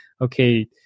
okay